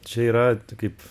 čia yra kaip